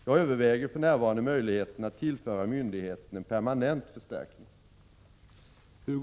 Jag överväger för närvarande möjligheten att tillföra myndigheten en permanent förstärkning.